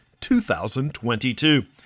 2022